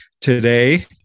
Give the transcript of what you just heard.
Today